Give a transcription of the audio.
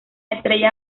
estrella